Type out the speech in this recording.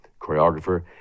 choreographer